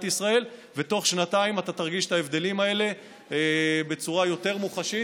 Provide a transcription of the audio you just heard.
ישראל ובתוך שנתיים אתה תרגיש את ההבדלים האלה בצורה יותר מוחשית.